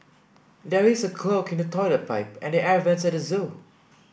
there is a clog in the toilet pipe and the air vents at the zoo